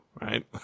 right